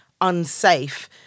unsafe